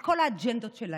על כל האג'נדות שלהם,